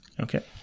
Okay